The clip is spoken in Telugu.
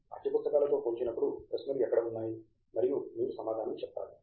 తంగిరాల పాఠ్యపుస్తకాలతో పోల్చినప్పుడు ప్రశ్నలు ఎక్కడ ఉన్నాయి మరియు మీరు సమాధానం చెప్పాలి